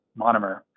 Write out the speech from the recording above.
monomer